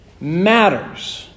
matters